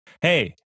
Hey